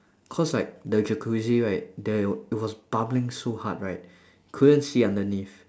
cause like the jacuzzi right there it was bubbling so hard right couldn't see underneath